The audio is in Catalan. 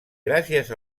gràcies